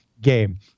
game